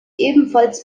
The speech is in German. ebenfalls